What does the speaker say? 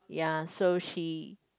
ya so she